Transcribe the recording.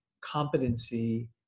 competency